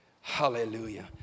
Hallelujah